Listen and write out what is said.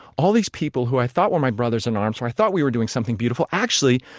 all these people who i thought were my brothers in arms, who i thought we were doing something beautiful, actually,